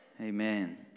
Amen